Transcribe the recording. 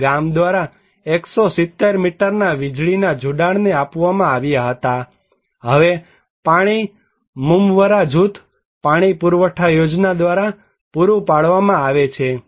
અને ગામ દ્વારા 170 મીટરના વીજળીના જોડાણો આપવામાં આવ્યા હવે પાણી મુમવરા જૂથ પાણી પુરવઠા યોજના દ્વારા પુરૂં પાડવામાં આવે છે